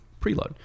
preload